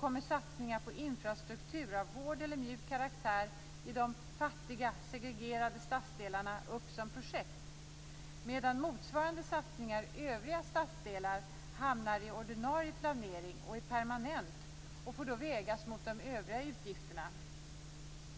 kommer satsningar på infrastruktur av hård eller mjuk karaktär i de fattiga, segregerade stadsdelarna upp som projekt. Motsvarande satsningar i övriga stadsdelar hamnar i ordinarie planering och är permanenta och får då vägas mot de övriga utgifterna.